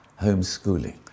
homeschooling